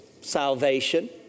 salvation